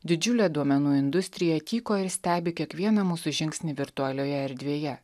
didžiulė duomenų industrija tyko ir stebi kiekvieną mūsų žingsnį virtualioje erdvėje